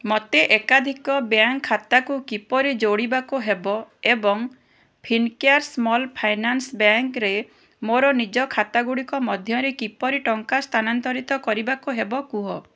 ମୋତେ ଏକାଧିକ ବ୍ୟାଙ୍କ୍ ଖାତାକୁ କିପରି ଯୋଡ଼ିବାକୁ ହେବ ଏବଂ ଫିନକେୟାର୍ ସ୍ମଲ୍ ଫାଇନାନ୍ସ୍ ବ୍ୟାଙ୍କ୍ ରେ ମୋର ନିଜ ଖାତାଗୁଡ଼ିକ ମଧ୍ୟରେ କିପରି ଟଙ୍କା ସ୍ଥାନାନ୍ତରିତ କରିବାକୁ ହେବ କୁହ